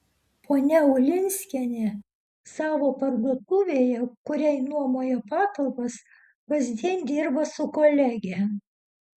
ponia ulinskienė savo parduotuvėje kuriai nuomoja patalpas kasdien dirba su kolege